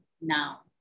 now